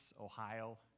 Ohio